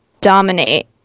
dominate